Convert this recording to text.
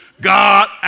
God